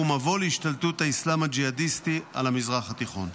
ומבוא להשתלטות האסלאם הג'יהאדיסטי על המזרח התיכון.